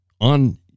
on